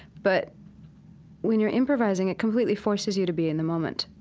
but when you're improvising, it completely forces you to be in the moment,